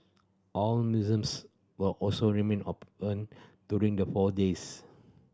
all museums will also remain open during the four days